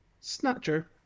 Snatcher